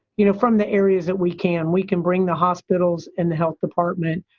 you know, from the areas that we can we can bring the hospitals and the health department.